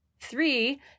Three